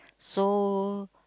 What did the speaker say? so